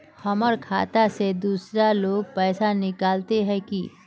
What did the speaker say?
हमर खाता से दूसरा लोग पैसा निकलते है की?